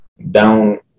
down